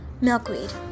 Milkweed